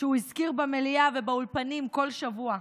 שהוא הזכיר במליאה ובאולפנים כל שבוע,